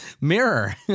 Mirror